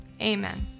Amen